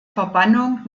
verbannung